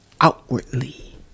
outwardly